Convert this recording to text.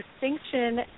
Distinction